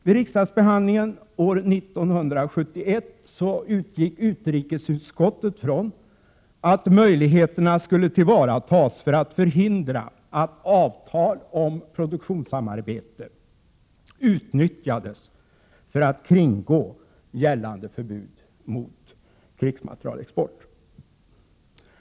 Vid riksdagsbehandlingen år 1971 utgick utrikesutskottet från att möjligheterna skulle tillvaratas för att förhindra att avtal om produktionssamarbete utnyttjades för att kringgå gällande förbud mot krigsmaterielexport.